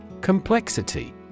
Complexity